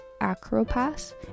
AcroPass